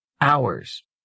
hours